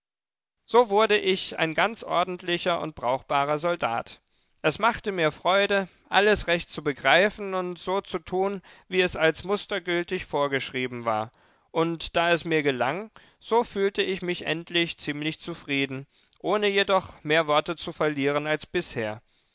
so wurde ich ein ganz ordentlicher und brauchbarer soldat es machte mir freude alles recht zu begreifen und so zu tun wie es als mustergültig vorgeschrieben war und da es mir gelang so fühlte ich mich endlich ziemlich zufrieden ohne jedoch mehr worte zu verlieren als bisher